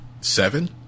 Seven